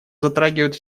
затрагивают